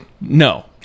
No